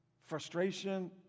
frustration